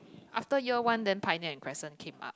after year one then Pioneer and Crescent came up